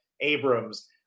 abrams